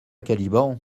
caliban